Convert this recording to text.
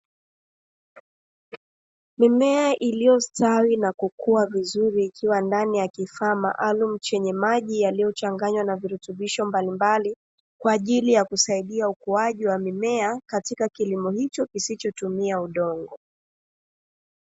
Mimea iliostawi na kukua vizuri, ikiwa ndani ya kifaa maalumu chenye maji yaliochanganywa na virutubisho mbalimbali. Kwa ajili kusaidia ukuaji wa mimea katika kilimo hicho kisichotumia udongo.